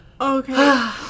Okay